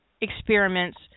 experiments